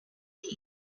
day